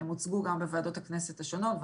הם הוצגו גם בוועדות הכנסת השונות.